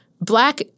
black